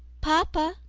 papa,